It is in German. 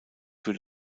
für